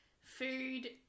food